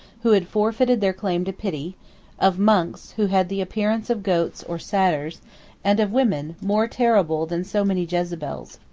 who had forfeited their claim to pity of monks, who had the appearance of goats or satyrs and of women, more terrible than so many jezebels.